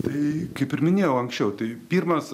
tai kaip ir minėjau anksčiau tai pirmas